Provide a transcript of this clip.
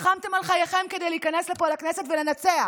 נלחמתם על חייכם כדי להיכנס לפה לכנסת ולנצח,